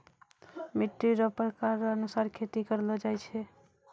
मिट्टी रो प्रकार रो अनुसार खेती करलो जाय छै